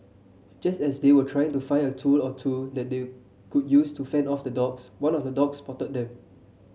just as they were trying to find a tool or two that they could use to fend off the dogs one of the dogs spotted them